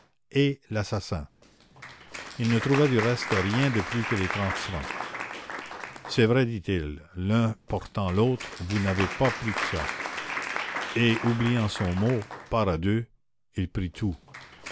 et l'assassin il ne trouva du reste rien de plus que les trente francs c'est vrai dit-il l'un portant l'autre vous n'avez pas plus que ça et oubliant son mot part à deux il prit tout